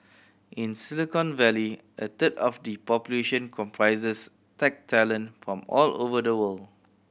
in Silicon Valley a third of the population comprises tech talent from all over the world